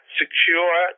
secure